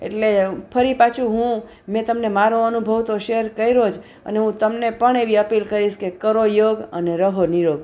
એટલે ફરી પાછું હું મેં તમને મારો અનુભવ તો શેર કર્યો જ અને હું તમને પણ એવી અપીલ કરીશ કે કરો યોગ અને રહો નિરોગ